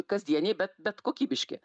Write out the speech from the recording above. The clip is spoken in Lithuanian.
kasdieniai bet bet kokybiški